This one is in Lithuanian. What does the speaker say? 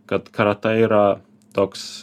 kad karatė yra toks